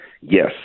Yes